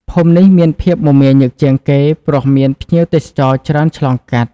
ភូមិនេះមានភាពមមាញឹកជាងគេព្រោះមានភ្ញៀវទេសចរច្រើនឆ្លងកាត់។